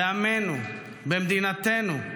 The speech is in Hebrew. בעמנו, במדינתנו,